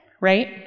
right